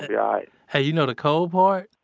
yeah hey, you know the cold part?